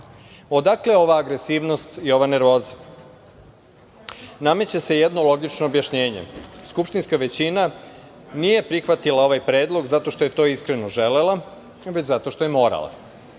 ova agresivnost i ova nervoza? Nameće se jedno logično objašnjenje, skupštinska većina nije prihvatila ovaj predlog zato što je to iskreno želela, već zato što je morala.